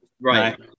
Right